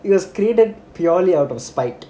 it was created purely out of spite